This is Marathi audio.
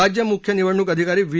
राज्य मुख्य निवडणूक अधिकारी व्ही